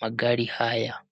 magari haya.